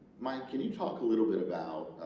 mike can you talk a little bit about,